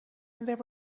there